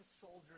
soldiers